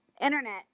internet